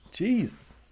Jesus